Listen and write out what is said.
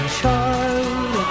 child